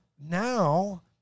now